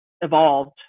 evolved